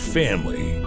family